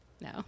No